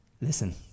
listen